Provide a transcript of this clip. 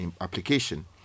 application